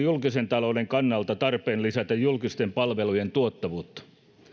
julkisen talouden kannalta tarpeen lisätä julkisten palvelujen tuottavuutta